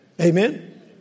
Amen